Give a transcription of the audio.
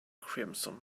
crimson